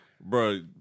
Bro